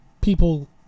people